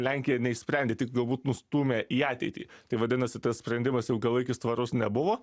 lenkija neišsprendė tik galbūt nustūmė į ateitį tai vadinasi tas sprendimas ilgalaikis tvarus nebuvo